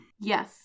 Yes